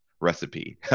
recipe